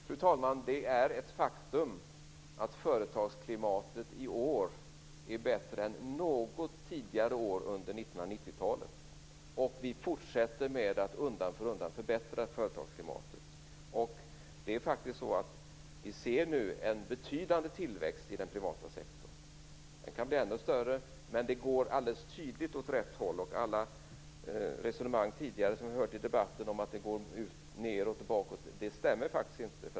Fru talman! Det är ett faktum att företagsklimatet i år är bättre än något tidigare år under 1990-talet, och vi fortsätter att undan för undan förbättra företagsklimatet. Nu ser vi faktiskt en betydande tillväxt i den privata sektorn. Den kan bli ännu större, men det går alldeles tydligt åt rätt håll. Alla resonemang som vi har hört tidigare i debatten om att det går nedåt och bakåt stämmer faktiskt inte.